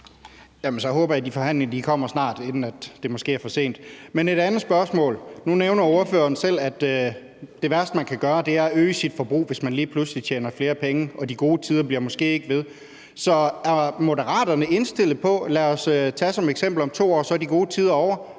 jeg, at de forhandlinger kommer snart, og inden det måske er for sent. Men der er et andet spørgsmål. Nu nævner ordføreren selv, at det værste, man kan gøre, er at øge sit forbrug, hvis man lige pludselig tjener flere penge, for de gode tider måske ikke bliver ved. Lad os tage som et eksempel, at de gode tider om